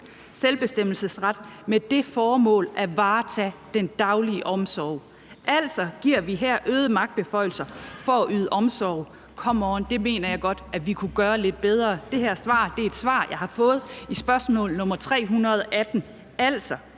selvbestemmelsesret med det formål at varetage den daglige omsorg. Altså giver vi her øgede magtbeføjelser for at yde omsorg. Come on, det mener jeg godt vi kunne gøre lidt bedre. Det her svar er et svar, jeg har fået til spørgsmål nr. 318. Altså,